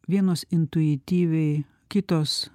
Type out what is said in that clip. vienos intuityviai kitos